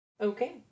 Okay